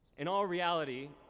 in all reality,